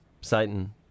Satan